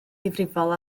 ddifrifol